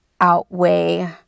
outweigh